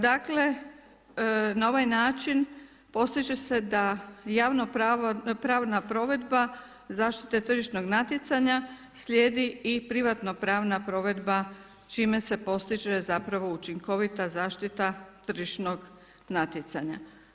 Dakle na ovaj način postiže se da javnopravna provedba zaštite tržišnog natjecanja slijedi i privatnopravna provedba čime se postiže učinkovita zaštita tržišnog natjecanja.